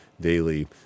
daily